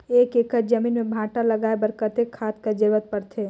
एक एकड़ जमीन म भांटा लगाय बर कतेक खाद कर जरूरत पड़थे?